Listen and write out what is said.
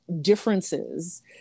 differences